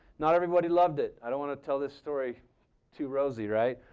not everybody loved it. i don't want to tell the story too rosy, right?